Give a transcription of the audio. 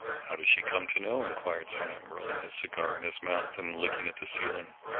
how does she come to know? inquired sam, rolling his cigar in his mouth and looking at the ceiling.